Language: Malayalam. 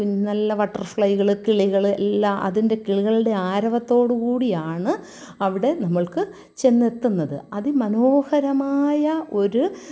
നല്ല ബട്ടർഫ്ലൈകൾ കിളികൾ എല്ലാ അതിൻ്റെ കിളികളുടെ ആരവത്തോടു കൂടിയാണ് അവിടെ നമ്മൾക്ക് ചെന്നെത്തുന്നത് അതിമനോഹരമായ ഒരു